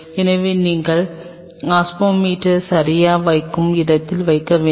எனவே நீங்கள் ஆஸ்மோமீட்டரை சரியாக வைக்கும் இடத்தை வைத்திருக்க வேண்டும்